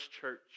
church